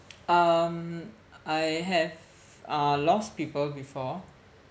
um I have uh lost people before